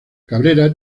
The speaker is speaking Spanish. cabrera